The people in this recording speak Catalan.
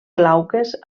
glauques